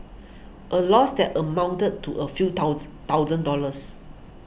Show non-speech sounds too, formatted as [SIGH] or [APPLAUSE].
a loss that amounted to a few [UNINTELLIGIBLE] thousand dollars